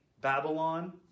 Babylon